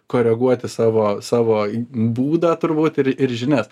koreguoti savo savo būdą turbūt ir ir žinias